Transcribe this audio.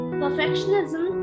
perfectionism